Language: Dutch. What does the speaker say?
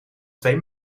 twee